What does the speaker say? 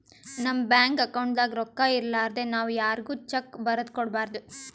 ನಮ್ ಬ್ಯಾಂಕ್ ಅಕೌಂಟ್ದಾಗ್ ರೊಕ್ಕಾ ಇರಲಾರ್ದೆ ನಾವ್ ಯಾರ್ಗು ಚೆಕ್ಕ್ ಬರದ್ ಕೊಡ್ಬಾರ್ದು